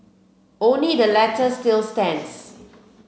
only the latter still stands